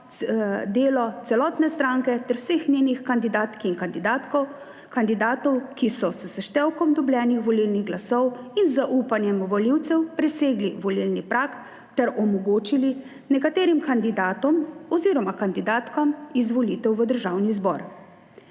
delo celotne stranke ter vseh njenih kandidatk in kandidatov, ki so s seštevkom dobljenih volilnih glasov in zaupanjem volivcev presegli volilni prag ter omogočili nekaterim kandidatom oziroma kandidatkam izvolitev v Državni zbor.